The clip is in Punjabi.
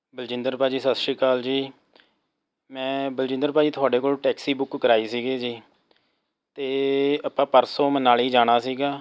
ਬਲਜਿੰਦਰ ਭਾਅ ਜੀ ਸਤਿ ਸ਼੍ਰੀ ਅਕਾਲ ਜੀ ਮੈਂ ਬਲਜਿੰਦਰ ਭਾਅ ਜੀ ਤੁਹਾਡੇ ਕੋਲੋਂ ਟੈਕਸੀ ਬੁੱਕ ਕਰਾਈ ਸੀਗੀ ਜੀ ਅਤੇ ਆਪਾਂ ਪਰਸੋਂ ਮਨਾਲੀ ਜਾਣਾ ਸੀਗਾ